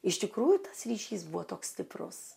iš tikrųjų tas ryšys buvo toks stiprus